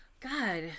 God